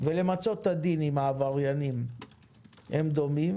ולמצות את הדין עם העבריינים הם דומים?